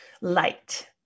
light